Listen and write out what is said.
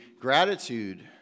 gratitude